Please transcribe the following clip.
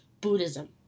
Buddhism